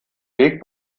weg